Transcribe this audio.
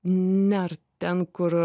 nert ten kur